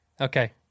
Okay